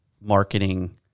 marketing